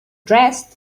dressed